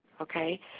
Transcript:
okay